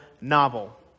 novel